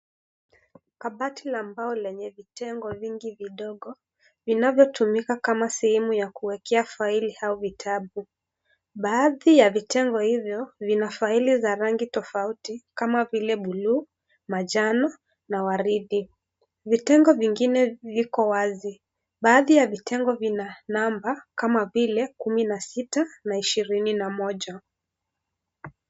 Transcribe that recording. Kabati la mbao lenye vitengo vingi vidogo vinavyotumika kama sehemu ya kuwekea faili au vitabu. Baadhi ya vitengo hivyo vina faili vya rangi tofauti kama vile bluu, manjano na waridi. Vitengo vingine viko wazi. Baadhi ya vitengo vina namba kama vile kumi na sita na ishirini na moja.